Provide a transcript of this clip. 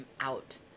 out